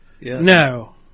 No